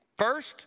First